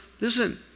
Listen